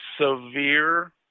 severe